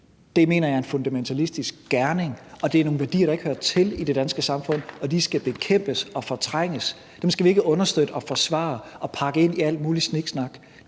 køn, mener jeg er en fundamentalistisk gerning, og det er nogle værdier, der ikke hører til i det danske samfund. De skal bekæmpes og fortrænges; dem skal vi ikke understøtte og forsvare og pakke ind i al mulig sniksnak.